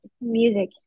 Music